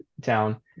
town